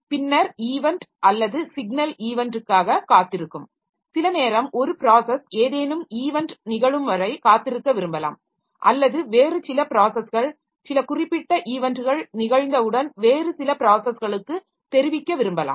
பின்னர் ஈவென்ட் அல்லது சிக்னல் ஈவென்ட்க்காக காத்திருக்கும் சில நேரம் ஒரு ப்ராஸஸ் ஏதேனும் ஈவென்ட் நிகழும் வரை காத்திருக்க விரும்பலாம் அல்லது வேறு சில ப்ராஸஸ்கள் சில குறிப்பிட்ட ஈவென்ட்கள் நிகழ்ந்தவுடன் வேறு சில ப்ராஸஸ்களுக்கு தெரிவிக்க விரும்பலாம்